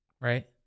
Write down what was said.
Right